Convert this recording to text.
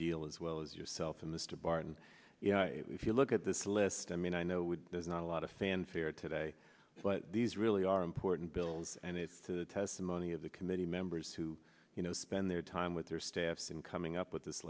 deal as well as yourself and mr barton if you look at this list i mean i know there's not a lot of fanfare today but these really are important bills and it's to the testimony of the committee members who you know spend their time with their staffs and coming up with this